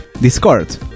discord